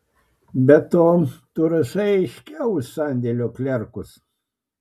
be to tu rašai aiškiau už sandėlio klerkus